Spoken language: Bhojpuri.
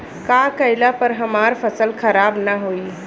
का कइला पर हमार फसल खराब ना होयी?